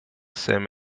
same